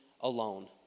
alone